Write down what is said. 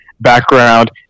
background